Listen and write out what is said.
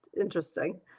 interesting